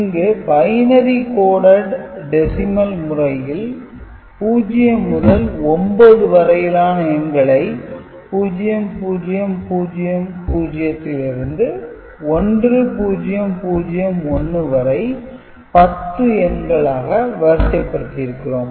இங்கு binary coded decimal முறையில் 0 முதல் 9 வரையிலான எண்களை 0 0 0 0 லிருந்து 1 0 0 1 வரை 10 எண்களை வரிசைப்படுத்தியிருக்கிறோம்